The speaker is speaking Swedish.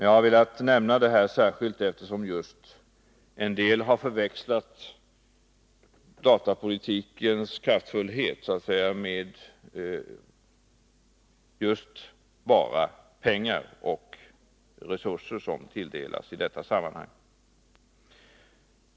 Jag har velat nämna detta särskilt, eftersom en del har förväxlat begreppen och ställt datapolitikens kraftfullhet enbart mot de resurser som ges i detta sammanhang.